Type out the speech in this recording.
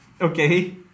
Okay